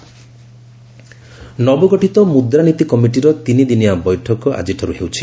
monetary policy committee ନବଗଠିତ ମୁଦ୍ରାନୀତି କମିଟିର ତିନି ଦିନିଆ ବୈଠକ ଆଜିଠାରୁ ହେଉଛି